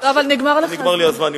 נגמר לך הזמן,